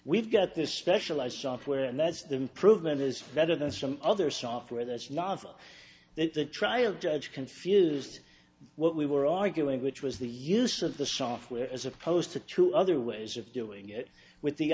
we've got this specialist software and that's the improvement is better than some other software that's novel that the trial judge confused what we were arguing which was the use of the software as opposed to two other ways of doing it with the